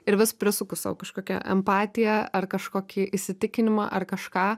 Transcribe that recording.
ir vis prisuku sau kažkokią empatiją ar kažkokį įsitikinimą ar kažką